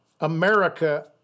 America